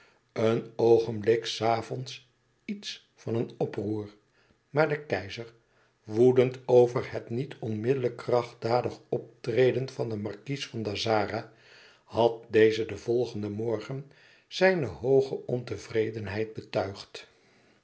een oogenblik s avonds iets van een oproer maar de keizer woedend over het niet onmiddellijk krachtdadig optreden van den markies van dazzara had dezen den volgenden morgen zijne hooge ontevredenheid betuigd